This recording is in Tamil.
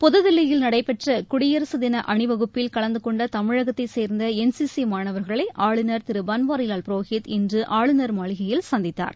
புதுதில்லியில் நடைபெற்ற குடியரசு தின அணிவகுப்பில் கலந்துகொண்ட தமிழகத்தை சேர்ந்த என் சி சி மாணவர்களை ஆளுநர் திரு பன்வாரிவால் புரோஹித் இன்று ஆளுநர் மாளிகையில் சந்தித்தார்